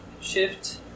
shift